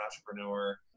entrepreneur